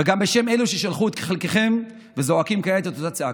וגם בשם אלו ששלחו את חלקכם וזועקים כעת את אותה הצעקה: